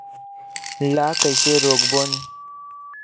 ला कइसे रोक बोन?